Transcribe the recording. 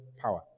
power